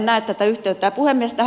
tähän ihan loppuun